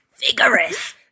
vigorous